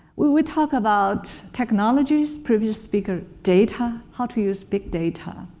when we talk about technologies, previous speaker data, how to use big data,